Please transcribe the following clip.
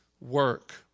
work